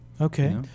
Okay